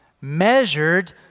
measured